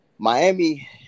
Miami